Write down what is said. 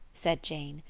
said jane.